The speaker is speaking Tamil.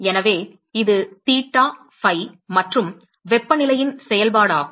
எனவே இது தீட்டா ஃபை theta phi மற்றும் வெப்பநிலையின் செயல்பாடாகும்